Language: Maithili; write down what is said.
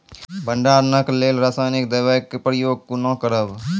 भंडारणक लेल रासायनिक दवेक प्रयोग कुना करव?